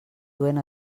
duent